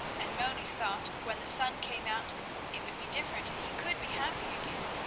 and moni thought when the sun came out it would be different and he could be happy again.